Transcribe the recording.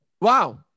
wow